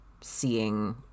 seeing